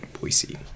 boise